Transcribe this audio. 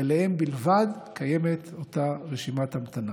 ואליהם בלבד יש אותה רשימת המתנה.